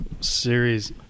Series